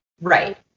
Right